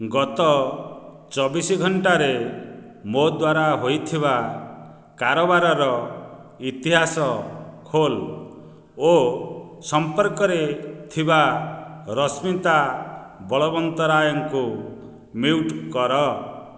ଗତ ଚବିଶ ଘଣ୍ଟାରେ ମୋ ଦ୍ୱାରା ହୋଇଥିବା କାରବାରର ଇତିହାସ ଖୋଲ ଓ ସମ୍ପର୍କରେ ଥିବା ରଶ୍ମିତା ବଳବନ୍ତରାୟଙ୍କୁ ମ୍ୟୁଟ୍ କର